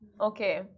okay